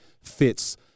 fits